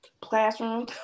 classroom